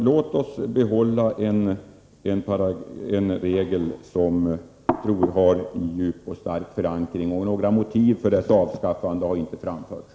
Låt oss behålla denna regel om förhållandet lärare-underåriga elever, vilken jag tror har djup och stark förankring. Några motiv för dess avskaffande har inte framförts.